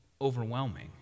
overwhelming